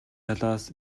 талаас